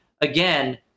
Again